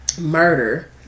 murder